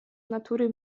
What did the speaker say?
natury